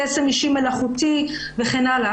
קסם אישי מלאכותי וכן הלאה.